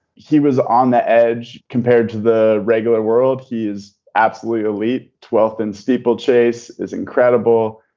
he was on the edge compared to the regular world. he is absolutely elite. twelfth and steeplechase is incredible.